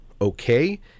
okay